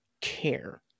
care